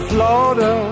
Florida